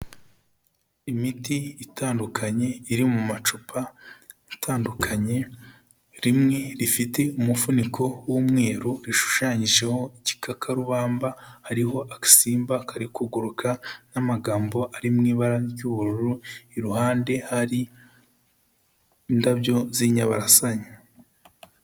Imiti itandukanye iri mu macupa atandukanye, rimwe rifite umufuniko w'umweru rishushanyijeho igikakarubamba, hariho agasimba kari kuguruka n'amagambo ari mu ibara ry'ubururu, iruhande hari indabyo z'inyabarasanya.